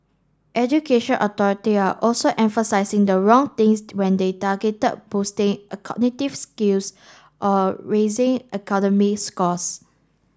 education authority are also emphasising the wrong things when they targeted boosting cognitive skills or raising academic scores